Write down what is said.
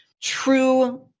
true